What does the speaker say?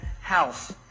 house